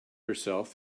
herself